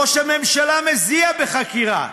ראש הממשלה מזיע בחקירה.